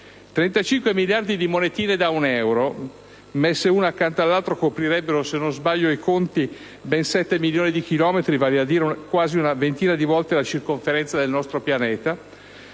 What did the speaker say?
miliardi di monetine da un euro - messe una accanto all'altra coprirebbero, se non sbaglio i conti, ben 7 milioni di chilometri, vale a dire quasi una ventina di volte la circonferenza del nostro pianeta